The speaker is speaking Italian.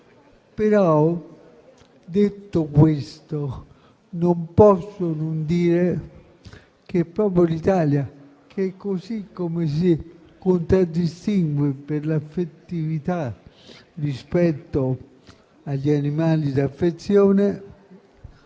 stessa. Detto questo, non posso non affermare che proprio l'Italia, così come si contraddistingue per l'affettività rispetto agli animali d'affezione,